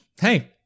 hey